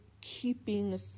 keeping